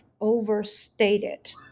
overstated